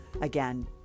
Again